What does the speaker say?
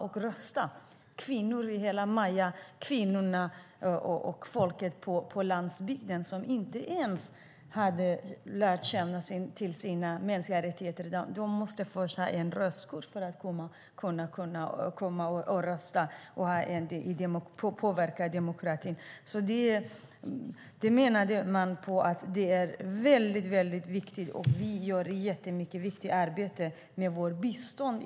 Det gällde framför allt mayakvinnor och andra på landsbygden som inte ens kände till sina mänskliga rättigheter. De behövde få röstkort för att kunna rösta och påverka demokratin. Vi gör ett jätteviktigt arbete i dessa länder med vårt bistånd.